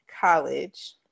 college